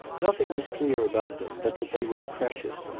nothing was clear about them but that they were precious,